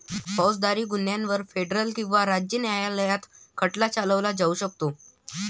फौजदारी गुन्ह्यांवर फेडरल किंवा राज्य न्यायालयात खटला चालवला जाऊ शकतो